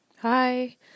Hi